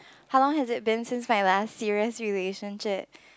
how long has it been since my last serious relationship